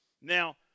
Now